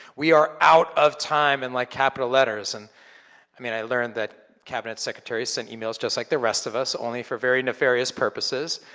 we are out of time, in and like capital letters. and i mean, i learned that cabinet secretaries send emails just like the rest of us, only for very nefarious purposes.